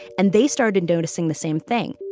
and they started and noticing the same thing